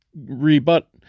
rebut